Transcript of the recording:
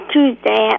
Tuesday